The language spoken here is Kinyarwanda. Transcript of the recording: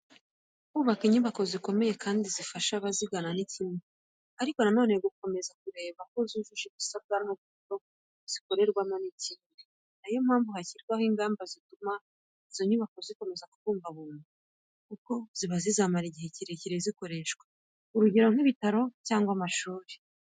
Kubaka inyubako zikomeye kandi zifasha abazigana ni kimwe, ariko nanone gukomeza kureba ko zicyujuje ibisabwa ku buryo zikorerwamo n'ikindi. Ni yo mpamvu hashyirwaho ingamba zituma izo nyubako zikomeza ku bungwabungwa kuko ziba zizamara igihe kirekire zikoreshwa, urugero nk'ibitaro cyangwa amashuri.